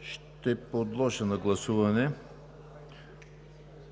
Ще подложа на гласуване